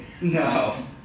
No